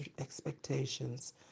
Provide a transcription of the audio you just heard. expectations